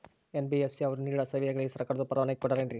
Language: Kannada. ಎನ್.ಬಿ.ಎಫ್.ಸಿ ಅವರು ನೇಡೋ ಸೇವೆಗಳಿಗೆ ಸರ್ಕಾರದವರು ಪರವಾನಗಿ ಕೊಟ್ಟಾರೇನ್ರಿ?